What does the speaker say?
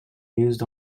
used